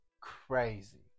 crazy